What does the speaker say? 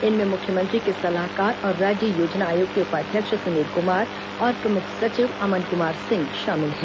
इनमें मुख्यमंत्री के सलाहकार और राज्य योजना आयोग के उपाध्यक्ष सुनिल कुमार और प्रमुख सचिव अमन कुमार सिंह शामिल हैं